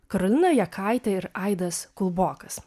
karolina jakaitė ir aidas kulbokas